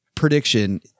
prediction